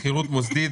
שכירות מוסדית,